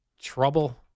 trouble